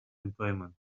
employment